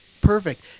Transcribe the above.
perfect